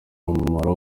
umumaro